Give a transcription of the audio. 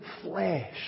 flesh